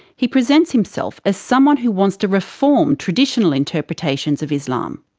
he presents himself as someone who wants to reform traditional interpretations of islam.